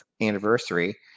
anniversary